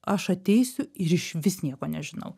aš ateisiu ir išvis nieko nežinau